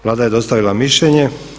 Vlada je dostavila mišljenje.